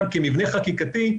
כמבנה חקיקתי,